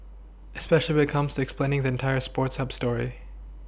especially comes explaining the entire sports Hub story